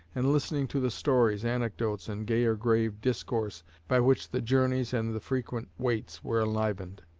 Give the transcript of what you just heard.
and listening to the stories, anecdotes, and gay or grave discourse by which the journeys and the frequent waits were enlivened.